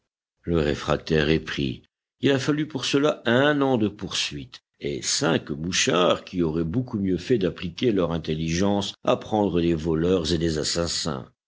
le réfractaire est pris il a fallu pour cela un an de poursuites et cinq mouchards qui auraient beaucoup mieux fait d'appliquer leur intelligence à prendre des voleurs et des assassins